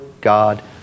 God